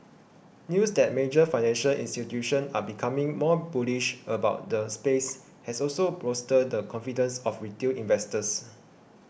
news that major financial institutions are becoming more bullish about the space has also bolstered the confidence of retail investors